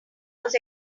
was